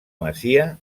masia